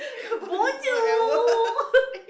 bo-jio